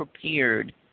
prepared